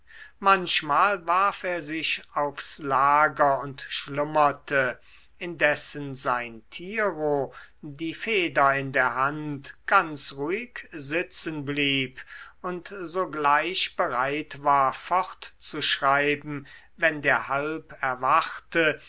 manchmal warf er sich aufs lager und schlummerte indessen sein tiro die feder in der hand ganz ruhig sitzen blieb und sogleich bereit war fortzuschreiben wenn der